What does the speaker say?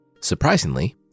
Surprisingly